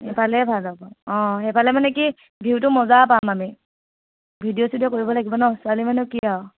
সেইফালেই ভাল হ'ব অ সেইফালে মানে কি ভিউটো মজা পাম আমি ভিডিঅ' চিডিঅ' কৰিব লাগিব ন' ছোৱালী মানুহ কি আৰু